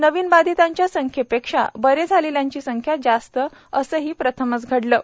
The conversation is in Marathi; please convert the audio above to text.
नवीन बाधितांच्या संख्येपेक्षा बरे झालेल्यांची संख्या जास्त असेही प्रथमच घडलं आहे